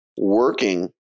working